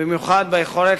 במיוחד ביכולת